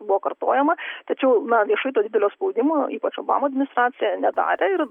buvo kartojama tačiau na viešai didelio spaudimo ypač obamo administracija nedarė ir